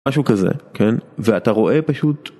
משהו כזה, כן? ואתה רואה פשוט...